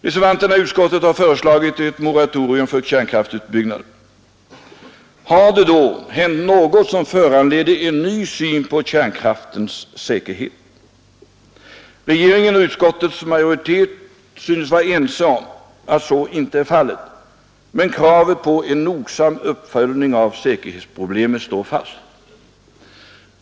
Reservanterna i utskottet har föreslagit ett moratorium för kärnkraftsutbyggnaden. Har det då hänt något som föranleder en ny syn på kärnkraftens säkerhet? Regeringen och utskottets majoritet synes vara ense om att så inte är fallet, men kravet på en noggrann uppföljning av säkerhetsproblemet står fast.